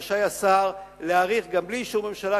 רשאי השר להאריך גם בלי אישור ממשלה,